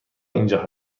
اینجا